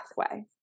pathway